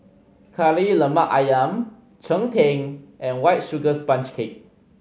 Kari Lemak Ayam cheng tng and White Sugar Sponge Cake